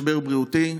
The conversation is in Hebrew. משבר בריאותי,